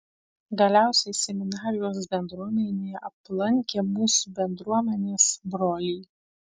galiausiai seminarijos bendruomenė aplankė mūsų bendruomenės brolį